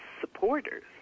supporters